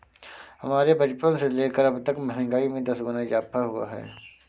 हमारे बचपन से लेकर अबतक महंगाई में दस गुना इजाफा हुआ है